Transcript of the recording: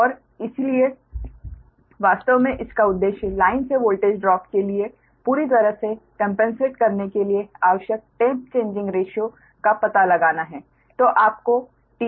और इसलिए वास्तव में इसका उद्देश्य लाइन में वोल्टेज ड्रॉप के लिए पूरी तरह से कंपेनसेट करने के लिए आवश्यक टेप चेंजिंग रेशिओ का पता लगाना है